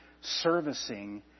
servicing